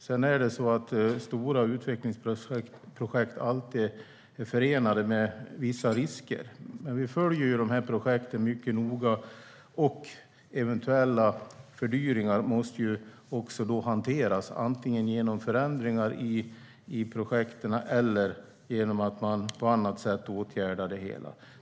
Sedan är det så att stora utvecklingsprojekt alltid är förenade med vissa risker. Men vi följer de här projekten mycket noga. Eventuella fördyringar måste hanteras, antingen genom förändringar i projekten eller genom att man på annat sätt åtgärdar det hela.